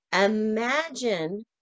Imagine